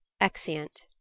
Exeunt